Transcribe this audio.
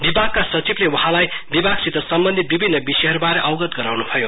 विभागका सचिवलसे वहाँलाई विभागसित सम्बन्धित विभिन्न विषयहरु बारे अवगत गराउन् भयो